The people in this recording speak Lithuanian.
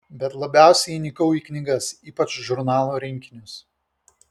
bet labiausiai įnikau į knygas ypač žurnalų rinkinius